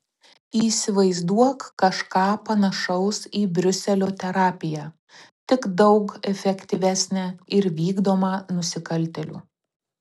įsivaizduok kažką panašaus į briuselio terapiją tik daug efektyvesnę ir vykdomą nusikaltėlių